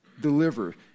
deliver